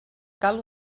cal